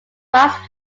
masked